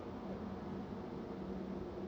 ex